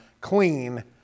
clean